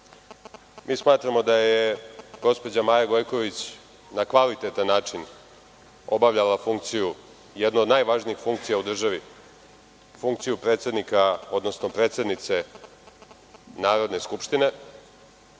smatramo da je gospođa Maja Gojković na kvalitetan način obavljala jednu od najvažnijih funkcija u državi, funkciju predsednika odnosno predsednice Narodne skupštine.